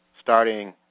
starting